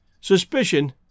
suspicion